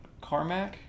Carmack